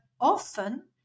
often